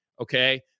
Okay